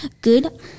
good